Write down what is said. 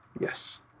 Yes